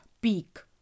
peak